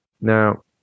Now